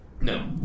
No